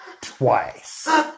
Twice